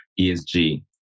ESG